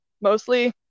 mostly